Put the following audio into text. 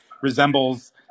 resembles